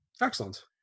Excellent